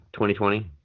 2020